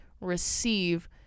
receive